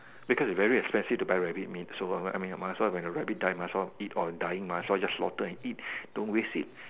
because it's very expensive to buy rabbit meat so I mean I might as well when the rabbit die must as well eat or dying mah so I just slaughter and eat don't waste it